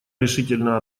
решительно